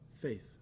faith